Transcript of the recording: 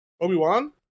Obi-Wan